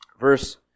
verse